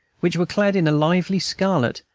which were clad in a lively scarlet,